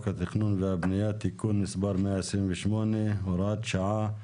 התכנון והבנייה (תיקון מס' 128 והוראת שעה),